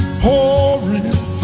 pouring